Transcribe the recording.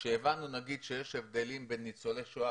כשהבנו נגיד שיש הבדלים בין ניצולי שואה,